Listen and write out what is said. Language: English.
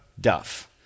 Duff